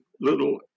little